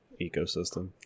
ecosystem